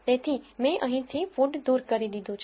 તેથી મેં અહીંથી food દૂર કરી દીધું છે